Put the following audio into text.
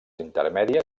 intermèdies